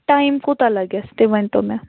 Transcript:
time کوٗتاہ لگہِ اَسہِ تہِ ؤنۍتو مےٚ